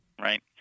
Right